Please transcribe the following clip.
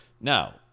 Now